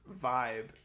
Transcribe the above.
vibe